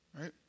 Right